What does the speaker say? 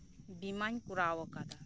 ᱵᱤᱢᱟᱧ ᱠᱚᱨᱟᱣ ᱟᱠᱟᱫᱟ